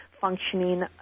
functioning